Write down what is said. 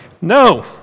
No